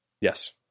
Yes